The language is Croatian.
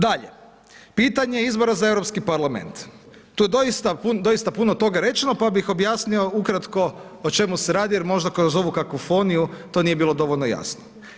Dakle, pitanje izbora za Europski parlament, tu je doista, doista puno toga rečeno pa bih objasnio ukratko o čemu se radi jer možda kroz ovu kakofoniju to nije bilo dovoljno jasno.